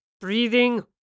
Breathing